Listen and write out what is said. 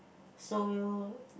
so